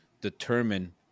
determine